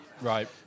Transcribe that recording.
right